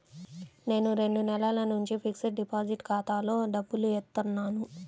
నేను రెండు నెలల నుంచి ఫిక్స్డ్ డిపాజిట్ ఖాతాలో డబ్బులు ఏత్తన్నాను